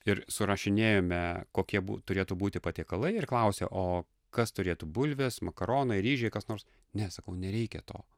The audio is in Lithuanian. ir surašinėjome kokie bu turėtų būti patiekalai ir klausė o kas turėtų bulvės makaronai ryžiai kas nors ne sakau nereikia to